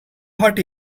hurt